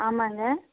ஆமாங்க